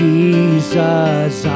Jesus